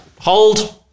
Hold